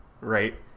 right